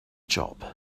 job